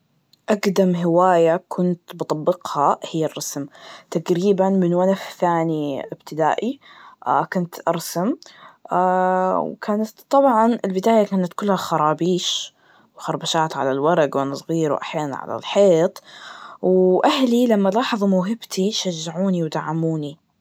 أجدم هواية كنت بطبقها هي الرسم, تجريباً من وانا في ثاني إبتدائي, كنت أرسم وكان است- طبعاً البداية كانت كلها خرابيش, وخربشات على الورق وانا صغير, وأحياناً على الحيط, وأهلي لما لاحظو موهبتي, شجعوني ودعموني.